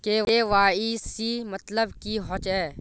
KYC मतलब की होचए?